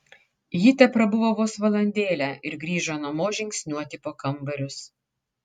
ji teprabuvo vos valandėlę ir grįžo namo žingsniuoti po kambarius